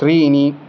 त्रीणि